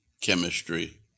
chemistry